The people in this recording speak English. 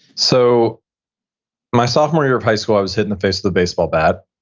so my sophomore year of high school, i was hit in the face with a baseball bat.